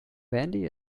bandy